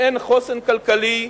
באין חוסן כלכלי,